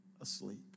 asleep